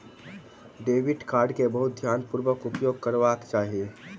debit card के बहुत ध्यानपूर्वक उपयोग करबाक चाही